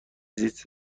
زیست